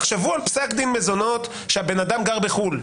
תחשבו למשל על פסק דין מזונות כשהבן אדם גר בחו"ל,